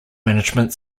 management